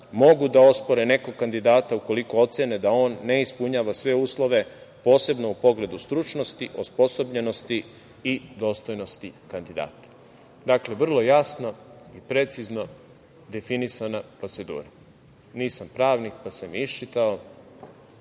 mogu da ospore nekog kandidata ukoliko ocene da on ne ispunjava sve uslove, posebno u pogledu stručnosti, osposobljenosti i dostojnosti kandidata. Dakle, vrlo jasno i precizno definisana procedura. Nisam pravnik, pa sam iščitao.